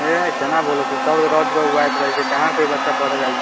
हे कोना बोलै छै सब रोडपर बौआइत रहै छै कहाँ कोइ बच्चा पढ़ऽ जाइ छै